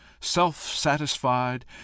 self-satisfied